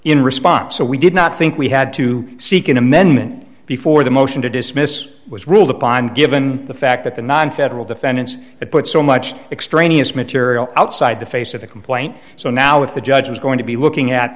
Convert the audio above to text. in response so we did not think we had to seek an amendment before the motion to dismiss was ruled upon given the fact that the nonfederal defendants had put so much extraneous material outside the face of the complaint so now if the judge is going to be looking at